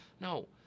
No